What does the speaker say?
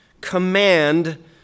command